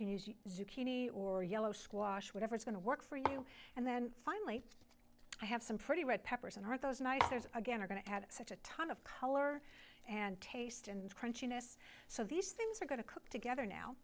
zucchini or yellow squash whatever is going to work for you and then finally i have some pretty red peppers and aren't those nice there's again we're going to have such a ton of color and taste and crunchiness so these things are going to cook together now